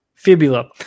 Fibula